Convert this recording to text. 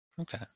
Okay